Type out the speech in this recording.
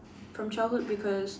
from childhood because